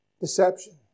Deception